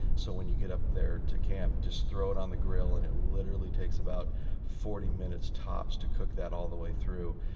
so when you get up there to camp, just throw it on the grill, and it literally takes about forty minutes tops to cook that all the way through.